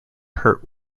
hurt